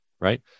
right